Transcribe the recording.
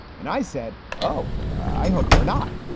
and i said, oh, i hope they're not.